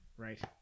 Right